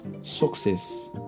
Success